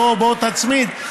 בוא תצמיד.